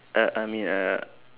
uh I mean a